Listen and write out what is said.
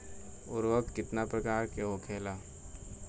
उर्वरक कितना प्रकार के होखेला?